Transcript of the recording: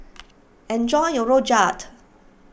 enjoy your Rojak